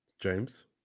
James